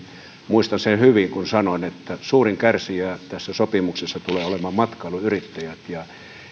muistan hyvin että sanoin että suurin kärsijä tässä sopimuksessa tulee olemaan matkailuyrittäjät